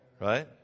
right